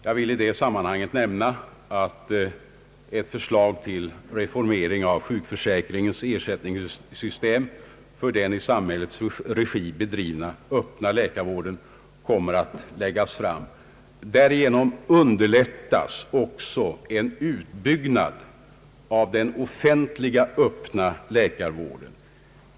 Jag vill i det sammanhanget nämna att ett förslag till reformering av sjukförsäkringens ersättningssystem för den i samhällets regi bedrivna öppna läkarvården kommer att läggas fram. Därigenom underlättas också en utbyggnad av den offentliga öppna läkarvården.